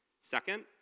Second